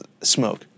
Smoke